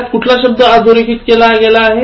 यात कुठला शब्द अधोरेखित केला आहे